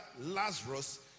Lazarus